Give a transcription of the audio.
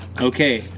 Okay